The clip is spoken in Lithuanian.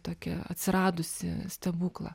tokią atsiradusį stebuklą